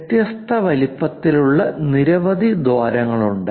വ്യത്യസ്ത വലുപ്പത്തിലുള്ള നിരവധി ദ്വാരങ്ങളുണ്ട്